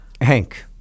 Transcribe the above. Hank